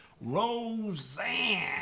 Roseanne